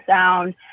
sound